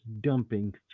dumping